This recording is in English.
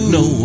no